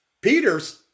Peter's